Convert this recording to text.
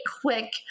quick